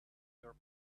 your